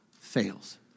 fails